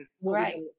Right